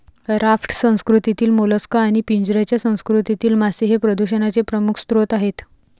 raft संस्कृतीतील mollusc आणि पिंजऱ्याच्या संस्कृतीतील मासे हे प्रदूषणाचे प्रमुख स्रोत आहेत